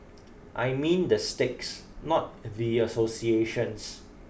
I mean the sticks not the associations